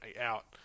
out